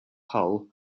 hull